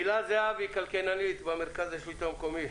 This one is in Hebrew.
הילה זהבי, כלכלנית במרכז השלטון המקומי.